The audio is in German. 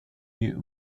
die